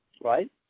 right